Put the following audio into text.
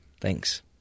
Thanks